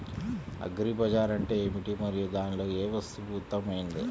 Agri bazaar అంటే ఏమిటి మరియు దానిలో ఏ వస్తువు ఉత్తమమైనది?